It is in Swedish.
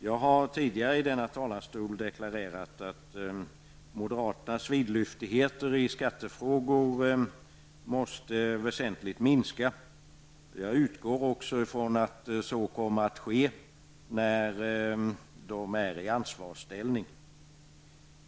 Jag har tidigare i denna talarstol deklarerat att moderaternas vidlyftigheter i skattefrågor måste minska väsentligt. Jag utgår från att så kommer att ske när de är i ansvarsställning.